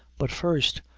but first,